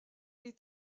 est